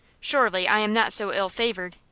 surely, i am not so ill-favored,